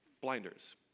blinders